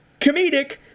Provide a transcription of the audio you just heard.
comedic